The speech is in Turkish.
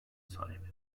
sahip